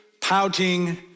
pouting